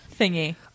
thingy